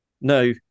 no